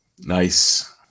Nice